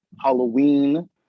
Halloween